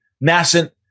nascent